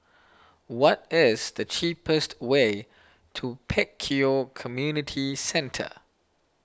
what is the cheapest way to Pek Kio Community Centre